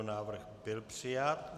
Návrh byl přijat.